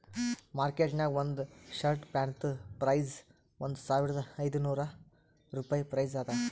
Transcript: market ನಾಗ್ ಒಂದ್ shirt ಪ್ಯಾಂಟ್ದು ಪ್ರೈಸ್ ಒಂದ್ ಸಾವಿರದ ಐದ ನೋರ್ ರುಪಾಯಿ ಪ್ರೈಸ್ ಅದಾ